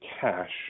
cash